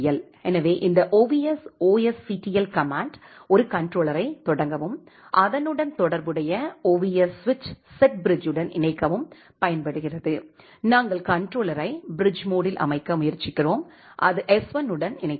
எனவே இந்த ovs vsctl command ஒரு கண்ட்ரோலரைத் தொடங்கவும் அதனுடன் தொடர்புடைய ovs சுவிட்ச் செட் பிரிட்ஜ்ஜுடன் இணைக்கவும் பயன்படுகிறது நாங்கள் கண்ட்ரோலரை பிரிட்ஜ் மோட்டில் அமைக்க முயற்சிக்கிறோம் அது எஸ்1 உடன் இணைக்கப்படும்